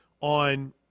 on